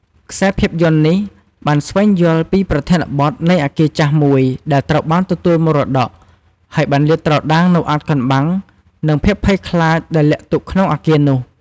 ខ្សែភាពយន្តនេះបានស្វែងយល់ពីប្រធានបទនៃអគារចាស់មួយដែលត្រូវបានទទួលមរតក ហើយបានលាតត្រដាងនូវអាថ៌កំបាំង និងភាពភ័យខ្លាចដែលលាក់ទុកក្នុងអគារនោះ។